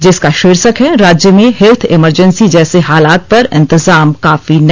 जिसका शीर्षक है राज्य में हेल्थ इमरजेंसी जैसे हालात पर इंतजाम काफी नहीं